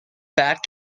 bat